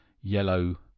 yellow